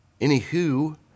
Anywho